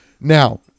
Now